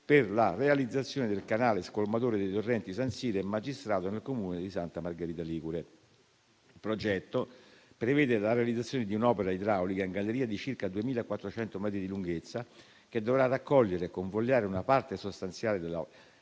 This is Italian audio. per la realizzazione del canale scolmatore dei torrenti San Siro e Magistrato nel Comune di Santa Margherita Ligure. Il progetto prevede la realizzazione di un'opera idraulica in galleria di circa 2.400 metri di lunghezza, che dovrà raccogliere e convogliare una parte sostanziale delle